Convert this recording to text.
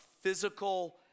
physical